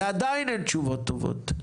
ועדיין אין תשובות טובות.